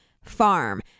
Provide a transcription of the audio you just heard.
farm